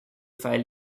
file